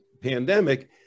pandemic